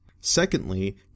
Secondly